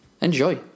enjoy